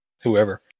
whoever